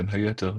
בין היתר,